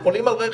הם עולים על רכב,